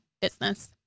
business